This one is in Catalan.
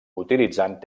utilitzant